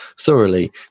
thoroughly